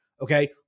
Okay